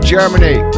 Germany